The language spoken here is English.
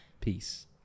Peace